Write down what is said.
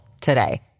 today